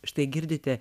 štai girdite